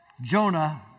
Jonah